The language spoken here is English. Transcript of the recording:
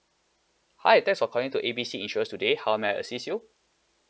hi thanks for calling to A B C insurance today how may I assist you